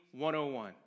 101